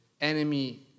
enemy